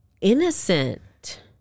innocent